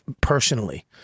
personally